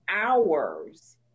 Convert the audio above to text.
hours